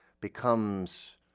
becomes